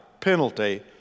penalty